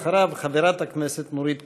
אחריו, חברת הכנסת נורית קורן.